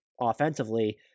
offensively